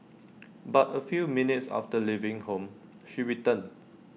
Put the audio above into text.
but A few minutes after leaving home she returned